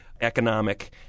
economic